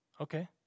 Okay